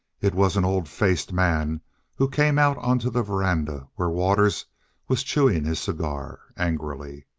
it was an old-faced man who came out onto the veranda, where waters was chewing his cigar angrily.